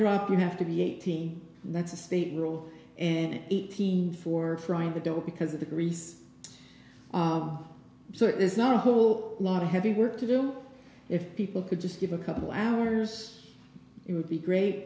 drop you have to be eighteen that's a state rule and eighteen for frying the door because of the grease so it is not a whole lot of heavy work to do if people could just give a couple hours it would be great